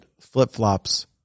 flip-flops